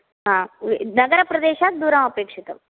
हा नगरप्रदेशात् दूरम् अपेक्षितम्